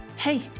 Hey